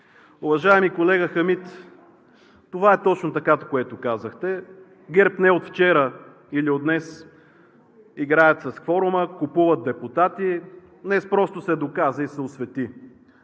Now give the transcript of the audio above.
Уважаеми колега Хамид, това е точно така, което казахте. ГЕРБ не от вчера или от днес играят с кворума, купуват депутати, днес просто се доказа и се освети.